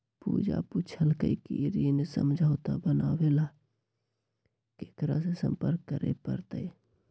पूजा पूछल कई की ऋण समझौता बनावे ला केकरा से संपर्क करे पर तय?